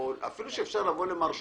אפשר לבוא למר שלוש,